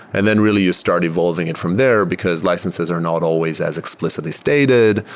and then really you start evolving it from there, because licenses are not always as explicitly stated.